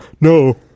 no